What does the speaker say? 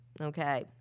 Okay